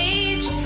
age